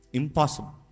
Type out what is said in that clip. impossible